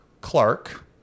Clark